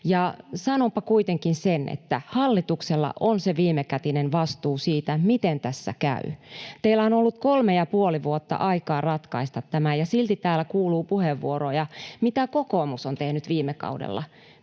Ja sanonpa kuitenkin sen, että hallituksella on se viimekätinen vastuu siitä, miten tässä käy. Teillä on ollut kolme ja puoli vuotta aikaa ratkaista tämä, ja silti täällä kuuluu puheenvuoroja siitä, mitä kokoomus on tehnyt viime kaudella.